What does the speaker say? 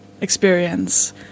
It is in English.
experience